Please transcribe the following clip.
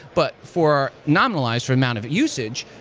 but for nominalize for amount of usage,